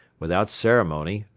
without ceremony,